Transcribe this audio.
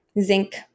zinc